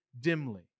dimly